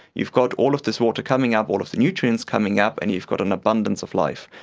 you've got all of this water coming up, all of the nutrients coming up, and you've got an abundance of life.